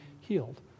healed